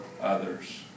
others